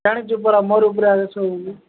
ଜାଣିଛୁ ପରା ମୋର ଉପରେ ଏକା ସବୁ